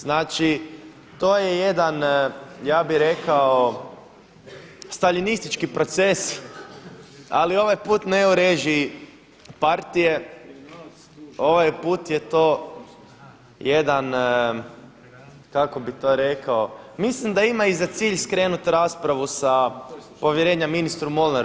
Znači to je jedan, ja bih rekao Staljinistički proces, ali ovaj put ne u režiji partije, ovaj put je to jedan, kako bih to rekao, mislim da ima i za cilj skrenuti raspravu sa povjerenja ministru Mornaru.